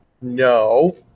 no